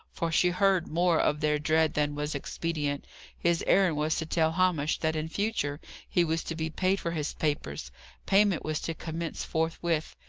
for she heard more of their dread than was expedient his errand was to tell hamish that in future he was to be paid for his papers payment was to commence forthwith.